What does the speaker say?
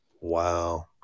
Wow